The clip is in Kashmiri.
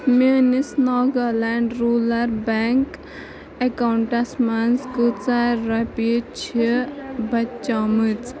میٛٲنِس ناگالینٛڈ روٗلَر بٮ۪نٛک اٮ۪کاوُنٛٹَس منٛز کۭژاہ رۄپیہِ چھِ بَچیمٕژ